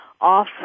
off